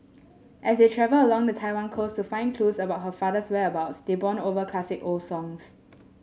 as they travel along the Taiwan coast to find clues about her father's whereabouts they bond over classic old songs